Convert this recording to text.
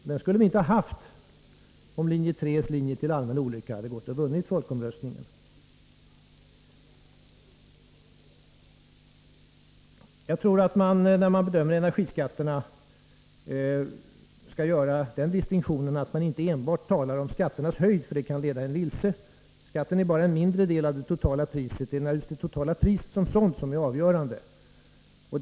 Den skulle vi inte ha haft, om linje 3 till all olycka hade vunnit i folkomröstningen. När man bedömer energiskatterna skall man inte enbart tala om skatternas höjd, för det kan leda en vilse. Skatten är bara en mindre del av det totala priset. Det är just det totala priset som sådant som är avgörande.